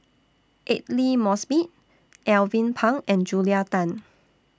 Aidli Mosbit Alvin Pang and Julia Tan